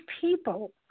people